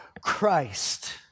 Christ